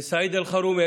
וסעיד אלחרומי,